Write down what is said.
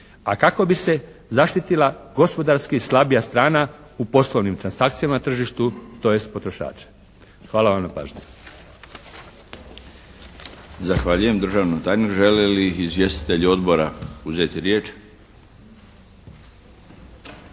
a kako bi se zaštitila gospodarski slabija strana u poslovnim transakcijama tržištu, tj. potrošače. Hvala vam na pažnji. **Milinović, Darko (HDZ)** Zahvaljujem državnom tajniku. Žele li izvjestitelji odbora uzeti riječ?